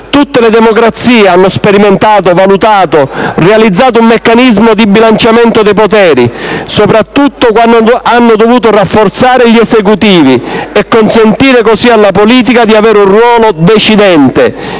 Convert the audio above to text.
Tutte le democrazie hanno sperimentato, valutato, realizzato un meccanismo di bilanciamento dei poteri, soprattutto quando hanno dovuto rafforzare gli Esecutivi e consentire così alla politica di avere un ruolo decidente,